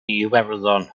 iwerddon